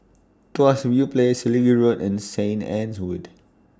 Tuas View Place Selegie Road and Saint Anne's Wood